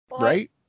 Right